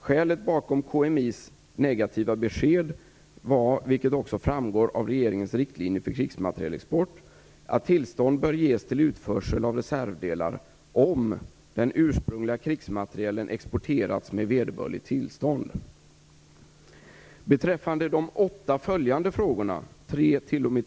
Skälet bakom KMI:s negativa besked var, vilket också framgår av regeringens riktlinjer för krigsmaterielexport, att tillstånd bör ges till utförsel av reservdelar om den ursprungliga krigsmaterielen exporterats med vederbörligt tillstånd.